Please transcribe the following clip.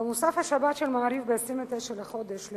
במוסף השבת של "מעריב", ב-29 בינואר,